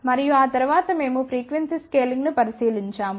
మరియు ఆ తరువాత మేము ఫ్రీక్వెన్సీ స్కేలింగ్ను పరిశీలించాము